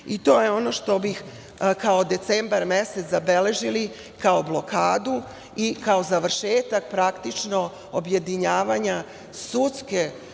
To je ono što bih kao decembar mesec zabeležili, kao blokadu i kao završetak objedinjavanja sudskog